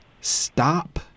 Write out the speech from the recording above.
stop